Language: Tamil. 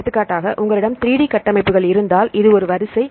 எடுத்துக்காட்டாக உங்களிடம் 3D கட்டமைப்புகள் இருந்தால் இது ஒரு வரிசை